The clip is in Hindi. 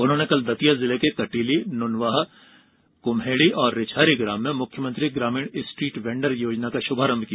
उन्होंने कल दतिया जिले के कटीली नुनवाहा कुम्हेड़ी और रिछारी ग्राम में मुख्यमंत्री ग्रामीण स्ट्रीट वेंडर योजना का शुभारंभ किया